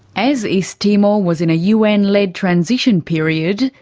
as east timor was in a un led transition period,